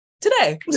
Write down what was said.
today